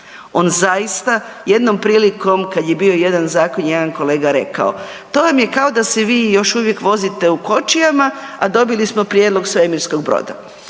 On zaista, jednom prilikom kad je bio jedan zakon je jedan kolega rekao, to vam je kao da se vi još uvijek vozite u kočijama, a dobili smo prijedlog svemirskog broda.